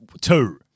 two